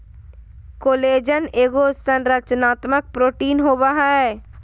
collagen एगो संरचनात्मक protein होबैय हइ